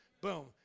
Boom